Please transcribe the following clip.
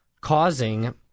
causing